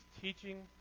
teaching